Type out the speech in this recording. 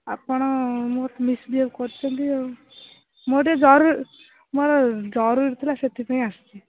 ଆପଣ ମୋତେ ମିସ୍ବିହେଭ୍ କରୁଛନ୍ତି ଆଉ ମୋର ଟିକେ ଜରୁ ମୋର ଜରୁରୀ ଥିଲା ସେଥିପାଇଁ ଆସିଛି